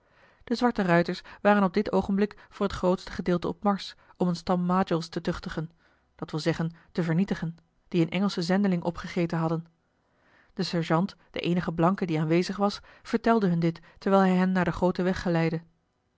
de zwarte ruiters waren op dit oogenblik voor het grootste gedeelte op marsch om een stam majols te tuchtigen dat wil zeggen te vernietigen die een engelschen zendeling opgegeten hadden de sergeant de eenige blanke die aanwezig was vertelde hun dit terwijl hij hen naar den grooten